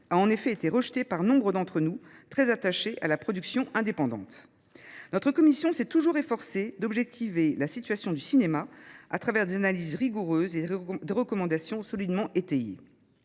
a, en effet, été rejeté par nombre de nos collègues, très attachés à la production indépendante. Notre commission s’est toujours efforcée d’objectiver la situation du cinéma à travers des analyses rigoureuses et des recommandations solidement étayées.